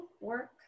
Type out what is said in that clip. work